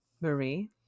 marie